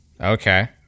Okay